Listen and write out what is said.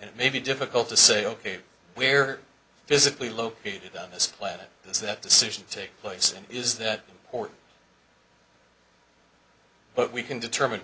and maybe difficult to say ok we are physically located on this planet is that decision to take place is that court but we can determine